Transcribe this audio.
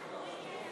הצבענו על